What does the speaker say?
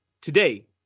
Today